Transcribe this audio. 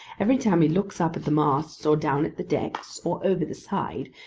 every time he looks up at the masts, or down at the decks, or over the side,